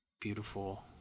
beautiful